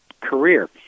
career